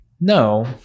no